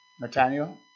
Nathaniel